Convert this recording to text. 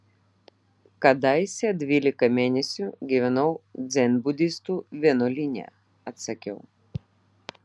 kadaise dvylika mėnesių gyvenau dzenbudistų vienuolyne atsakiau